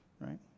right